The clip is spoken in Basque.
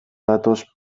datoz